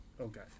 Okay